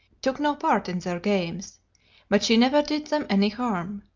took no part in their games but she never did them any harm,